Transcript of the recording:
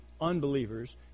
unbelievers